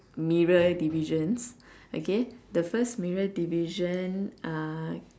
mirror divisions okay the first mirror division uh